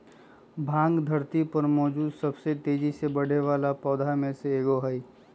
भांग धरती पर मौजूद सबसे तेजी से बढ़ेवाला पौधा में से एगो हई